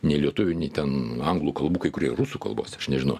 nei lietuvių nei ten anglų kalbų kai kurie rusų kalbos aš nežinau